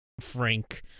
Frank